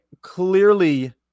clearly